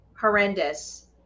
horrendous